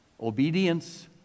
Obedience